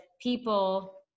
people